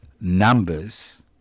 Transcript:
numbers